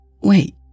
Wait